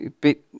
bit